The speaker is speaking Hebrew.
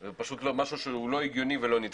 זה משהו שהוא לא הגיוני ולא נתפס.